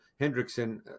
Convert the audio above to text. hendrickson